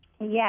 Yes